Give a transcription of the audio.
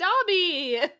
dobby